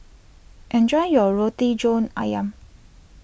enjoy your Roti John Ayam